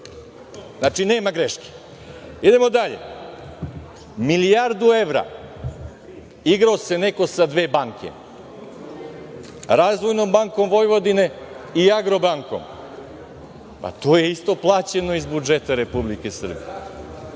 znači nema greške. Idemo dalje. Milijardu evra, igrao se neko sa dve banke – Razvojnom bankom Vojvodine i Agrobankom. To je isto plaćeno iz budžeta Republike Srbije. Idemo